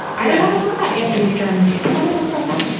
i don't want to talk about anthony scrimmage. yeah i want to talk about that.